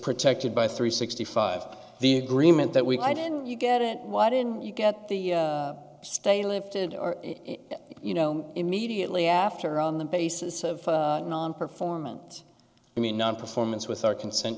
protected by three sixty five the agreement that we got and you get it why didn't you get the stay lifted or you know immediately after on the basis of nonperformance i mean nonperformance with our consent